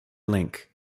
link